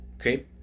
okay